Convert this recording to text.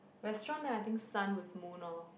restaurant then I think sun with moon lor